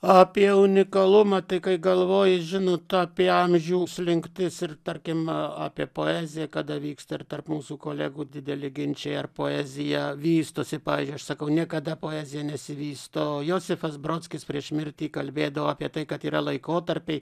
apie unikalumą tai kai galvoji žinute apie amžių slinktis ir tarkim apie poeziją kada vyksta ir tarp mūsų kolegų dideli ginčai ar poezija vystosi pavyzdžiui aš sakau niekada poezija nesivysto josifas brodskis prieš mirtį kalbėdavo apie tai kad yra laikotarpiai